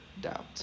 doubt